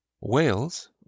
wales